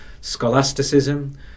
scholasticism